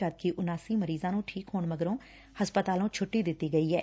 ਜਦਕਿ ਉਨਾਸੀ ਮਰੀਜ਼ਾਂ ਨੂੰ ਠੀਕ ਹੋਣ ਮਗਰੋਂ ਛੁੱਟੀ ਦਿੱਤੀ ਗਈ ਐ